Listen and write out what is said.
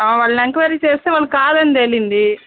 వాళ్ళని ఎంక్వయిరీ చేస్తే వాళ్ళు కాదని తేలింది